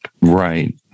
Right